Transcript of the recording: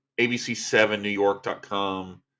ABC7NewYork.com